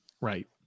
Right